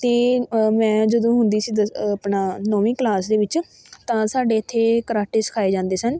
ਅਤੇ ਮੈਂ ਜਦੋਂ ਹੁੰਦੀ ਸੀ ਦਸ ਆਪਣਾ ਨੌਵੀਂ ਕਲਾਸ ਦੇ ਵਿੱਚ ਤਾਂ ਸਾਡੇ ਇੱਥੇ ਕਰਾਟੇ ਸਿਖਾਏ ਜਾਂਦੇ ਸਨ